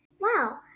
Wow